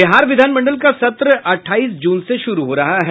बिहार विधान मंडल का सत्र अठाईस जून से शुरू हो रहा है